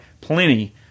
plenty